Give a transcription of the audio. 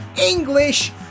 English